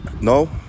no